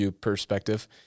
perspective